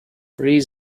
rees